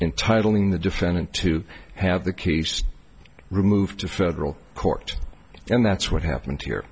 entitling the defendant to have the kids removed to federal court and that's what happened here